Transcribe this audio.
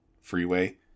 freeway